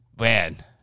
Man